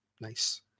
Nice